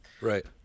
right